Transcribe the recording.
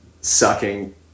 sucking